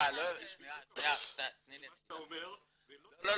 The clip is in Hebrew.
בדיוק הפוך ממה שאתה אומר --- לא,